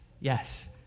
yes